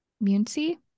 Muncie